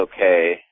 okay